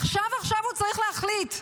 עכשיו עכשיו הוא צריך להחליט,